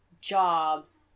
jobs